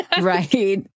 Right